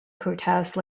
courthouse